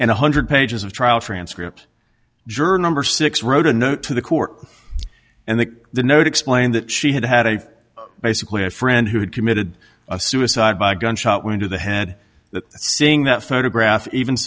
one hundred pages of trial transcript juror number six wrote a note to the court and that the note explained that she had had a basically a friend who had committed a suicide by gunshot wound to the head that seeing that photograph even